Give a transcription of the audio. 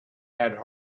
had